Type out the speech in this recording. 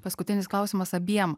paskutinis klausimas abiem